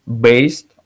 based